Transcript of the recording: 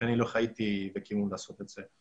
לפני כן לא הייתי יכול לעשות את זה.